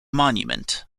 monument